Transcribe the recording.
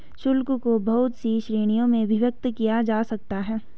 शुल्क को बहुत सी श्रीणियों में विभक्त किया जा सकता है